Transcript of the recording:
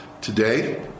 Today